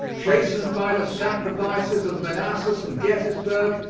chastened by the sacrifices of manassas and gettysburg,